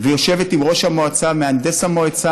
ויושבת עם ראש המועצה ומהנדס המועצה